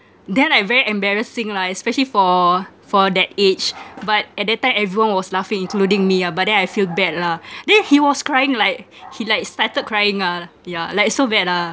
then like very embarrassing lah especially for for that age but at that time everyone was laughing including me ah but then I feel bad lah then he was crying like he like started crying ah yeah like so bad ah